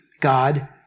God